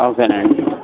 ఓకేనండి